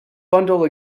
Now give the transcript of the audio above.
bundle